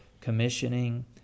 commissioning